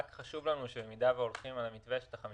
חשוב לנו שבמידה והולכים על המתווה שלגבי